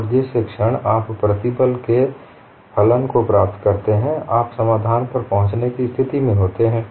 और जिस क्षण आप प्रतिबल के फलन को प्राप्त करते हैं आप समाधान पर पहुंचने की स्थिति में होते हैं